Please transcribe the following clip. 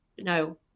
no